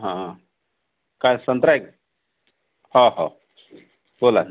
हं काय संत्रा आहे का हो हो बोलाना